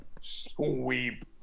sweep